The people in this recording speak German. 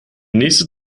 nächste